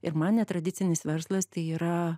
ir man netradicinis verslas tai yra